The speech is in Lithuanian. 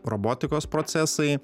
robotikos procesai